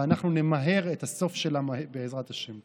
אנחנו נמהר את הסוף שלה, בעזרת השם.